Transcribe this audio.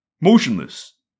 Motionless